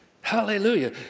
Hallelujah